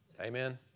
Amen